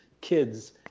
kids